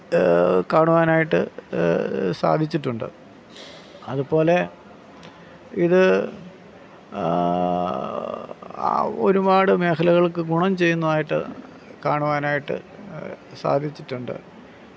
കാണുവാനായിട്ട് സാധിച്ചിട്ടുണ്ട് അതുപോലെ ഇത് ഒരുപാട് മേഖലകൾക്ക് ഗുണം ചെയ്യുന്നതായിട്ട് കാണുവാനായിട്ട് സാധിച്ചിട്ടുണ്ട്